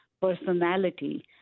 personality